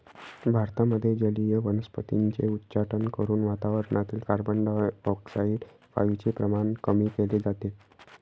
भारतामध्ये जलीय वनस्पतींचे उच्चाटन करून वातावरणातील कार्बनडाय ऑक्साईड वायूचे प्रमाण कमी केले जाते